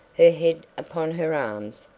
her head upon her arms,